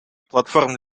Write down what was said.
платформы